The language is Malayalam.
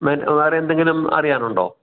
മറ്റ് വേറെ എന്തെങ്കിലും അറിയാനുണ്ടോ